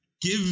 give